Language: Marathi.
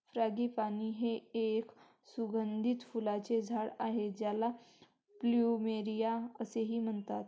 फ्रँगीपानी हे एक सुगंधी फुलांचे झाड आहे ज्याला प्लुमेरिया असेही म्हणतात